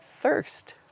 thirst